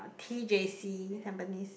T_J_C Tampines